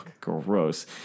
Gross